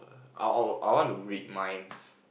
err I'll I'll I'll want to read minds